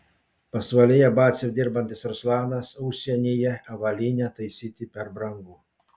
pasvalyje batsiuviu dirbantis ruslanas užsienyje avalynę taisyti per brangu